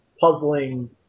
puzzling